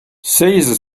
caesar